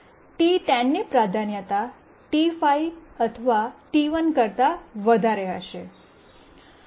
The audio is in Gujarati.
T10ની પ્રાધાન્યતા T5 અથવા T1 કરતા વધારે હશે